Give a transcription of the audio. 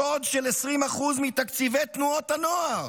שוד של 20% מתקציבי תנועות הנוער